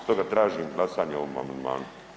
Stoga tražim glasanje o ovom amandmanu.